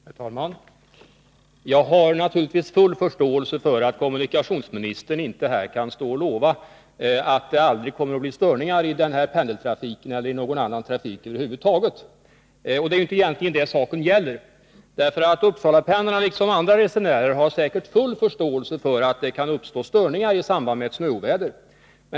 Herr talman! Jag har naturligtvis full förståelse för att kommunikationsministern inte kan lova att det aldrig kommer att bli störningar i pendeltrafiken eller någon annan trafik. Och det är ju inte heller det saken gäller. Uppsalapendlarna har liksom andra resenärer säkert full förståelse för att det kan uppstå störningar i trafiken i samband med ett snöoväder.